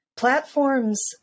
Platforms